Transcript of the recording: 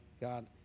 God